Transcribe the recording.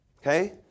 okay